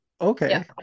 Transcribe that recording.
Okay